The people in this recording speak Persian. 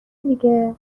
دیگه